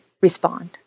respond